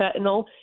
fentanyl